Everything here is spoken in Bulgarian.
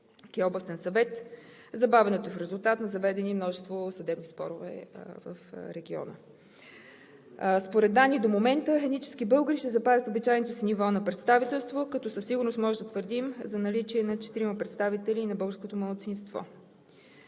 областен съвет. Забавянето е в резултат на заведени множество съдебни спорове в региона. Според данните до момента етническите българи ще запазят обичайното си ниво на представителство, като със сигурност можем да твърдим за наличие на четирима представители на българското малцинство.